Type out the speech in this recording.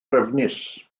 drefnus